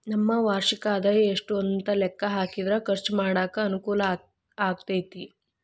ನಮ್ಮ ವಾರ್ಷಿಕ ಆದಾಯ ಎಷ್ಟು ಅಂತ ಲೆಕ್ಕಾ ಹಾಕಿದ್ರ ಖರ್ಚು ಮಾಡಾಕ ಅನುಕೂಲ ಆಗತೈತಿ